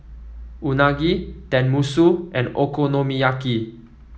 Unagi Tenmusu and Okonomiyaki